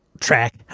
track